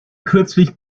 kürzlich